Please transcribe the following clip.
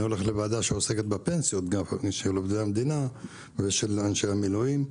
אני הולך לוועדה שעוסקת בפנסיות גם של עובדי המדינה ושל אנשי המילואים.